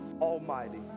Almighty